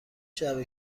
جعبه